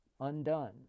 undone